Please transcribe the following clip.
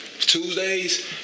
Tuesdays